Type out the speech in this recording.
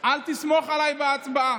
אל תסמוך עליי בהצבעה.